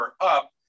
up